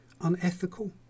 unethical